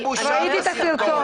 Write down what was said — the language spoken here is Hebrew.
ראיתי את הסרטון.